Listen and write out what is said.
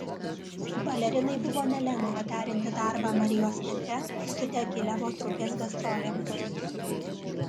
balerinai buvo nelengva derinti darbą marijos teatre su diagilevo trupės gastrolėmis